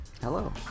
Hello